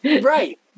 Right